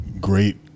great